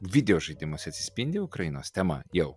videožaidimuose atsispindi ukrainos tema jau